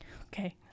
okay